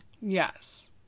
Yes